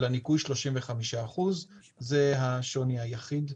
של הניכוי 35%. זה השוני היחיד.